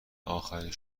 آخرین